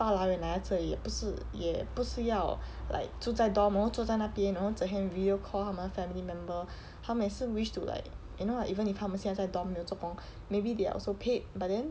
大老远来到这里也不是也不是要 like 住在 dorm 然后坐在那边然后整天 video call 他们的 family member 他们也是 wish to like you know like even if 他们现在 dorm 没有作工 maybe they are also paid but then